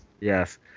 yes